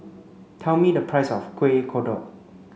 tell me the price of Kuih Kodok